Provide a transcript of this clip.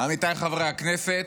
עמיתיי חברי הכנסת,